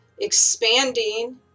expanding